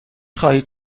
خواهید